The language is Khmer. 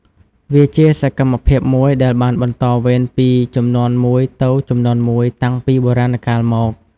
វាជាសកម្មភាពមួយដែលបានបន្តវេនពីជំនាន់មួយទៅជំនាន់មួយតាំងពីបុរាណកាលមក។